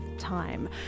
time